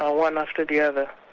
ah one after the other.